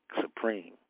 supreme